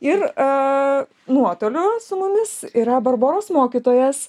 ir aaa nuotoliu su mumis yra barboros mokytojas